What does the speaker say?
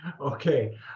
Okay